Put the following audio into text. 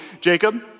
Jacob